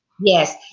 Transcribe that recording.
Yes